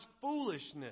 foolishness